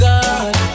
God